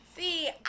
See